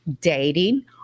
dating